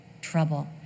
trouble